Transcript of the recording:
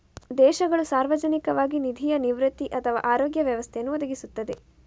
ದೇಶಗಳು ಸಾರ್ವಜನಿಕವಾಗಿ ನಿಧಿಯ ನಿವೃತ್ತಿ ಅಥವಾ ಆರೋಗ್ಯ ವ್ಯವಸ್ಥೆಯನ್ನು ಒದಗಿಸುತ್ತವೆ